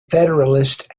federalist